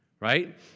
Right